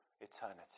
eternity